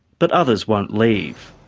but others won't leave.